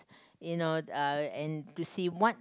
you know uh and to see what